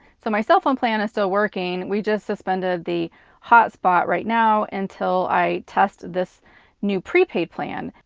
so, my cell phone plan is still working. we just suspended the hotspot right now until i test this new prepaid plan.